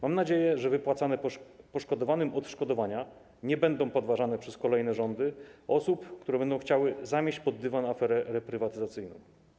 Mam nadzieję, że wypłacane poszkodowanym odszkodowania nie będą podważane przez kolejne rządy osób, które będą chciały zamieść pod dywan aferę reprywatyzacyjną.